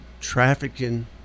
trafficking